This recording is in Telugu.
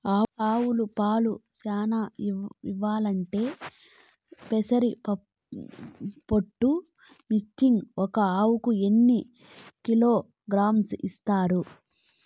ఆవులు పాలు చానా ఇయ్యాలంటే పెసర పొట్టు మిక్చర్ ఒక ఆవుకు ఎన్ని కిలోగ్రామ్స్ ఇస్తారు?